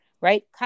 right